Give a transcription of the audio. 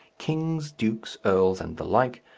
kings, dukes, earls, and the like,